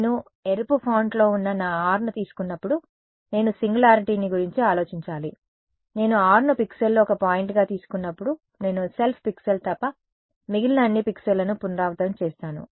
నేను ఎరుపు ఫాంట్లో ఉన్న నా r ను తీసుకున్నప్పుడు నేను సింగులారిటీని గురించి ఆలోచించాలి నేను r ను పిక్సెల్లో ఒక పాయింట్గా తీసుకున్నప్పుడు నేను సెల్ఫ్ పిక్సెల్ తప్ప మిగిలిన అన్ని పిక్సెల్లను పునరావృతం చేస్తాను